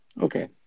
okay